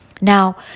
Now